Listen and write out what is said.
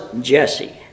Jesse